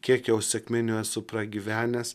kiek jau sekminių esu pragyvenęs